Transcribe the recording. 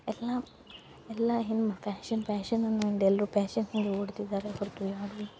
ಎಲ್ಲ ಎಲ್ಲ ಏನು ಪ್ಯಾಶನ್ ಪ್ಯಾಶನ್ ಅನ್ನೋ ಎಲ್ಲರೂ ಪ್ಯಾಶನ್ ಕಡೆ ಓಡ್ತಿದಾರೆ ಬಟ್ ಯಾರು